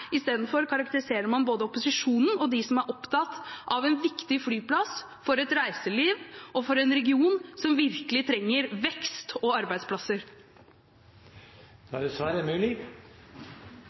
Istedenfor karakteriserer man både opposisjonen og dem som er opptatt av en viktig flyplass for et reiseliv og for en region som virkelig trenger vekst og arbeidsplasser.